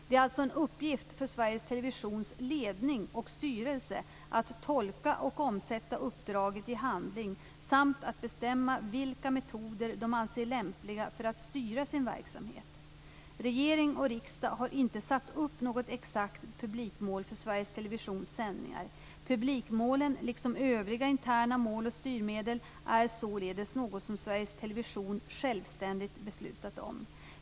Det är alltså en uppgift för Sveriges Televisions ledning och styrelse att tolka och omsätta uppdraget i handling samt att bestämma vilka metoder de anser lämpliga för att styra sin verksamhet. Regering och riksdag har inte satt upp något exakt publikmål för Sveriges Televisions sändningar. Publikmålen, liksom övriga interna mål och styrmedel, är således något som Sveriges Television självständigt beslutat om.